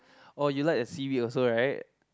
orh you like the seaweed also right